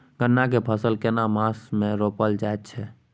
गन्ना के फसल केना मास मे रोपल जायत छै?